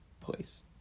place